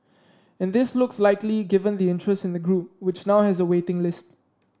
and this looks likely given the interest in the group which now has a waiting list